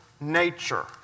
nature